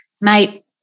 mate